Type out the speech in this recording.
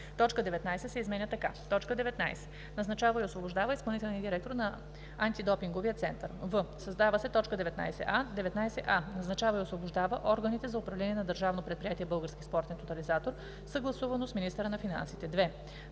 точка 19 се изменя така: „19. назначава и освобождава изпълнителния директор на Антидопинговия център;“; в) създава се т. 19а: „19а. назначава и освобождава органите за управление на Държавно предприятие „Български спортен тотализатор“, съгласувано с министъра на финансите;“.